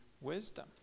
wisdom